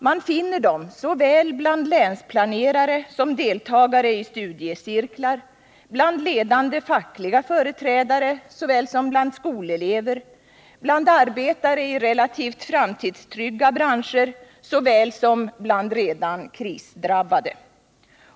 Man finner dem såväl bland länsplanerare som bland deltagare i studiecirklar, såväl bland ledande fackliga företrädare som bland skolelever, såväl bland arbetare i relativt framtidstrygga branscher som bland redan krisdrabbade.